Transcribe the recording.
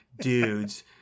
dudes